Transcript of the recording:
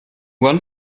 one